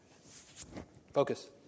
Focus